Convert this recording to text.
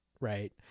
Right